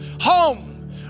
home